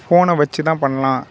ஃபோனை வச்சுதான் பண்ணலாம்